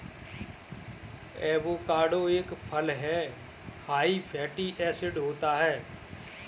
avocado एक फल हैं हाई फैटी एसिड होता है